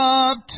up